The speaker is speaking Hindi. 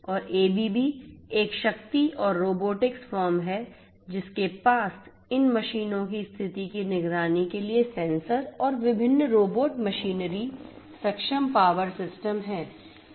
और एबीबी एक शक्ति और रोबोटिक्स फर्म है जिसके पास इन मशीनों की स्थिति की निगरानी के लिए सेंसर और विभिन्न रोबोट मशीनरी सक्षम पावर सिस्टम हैं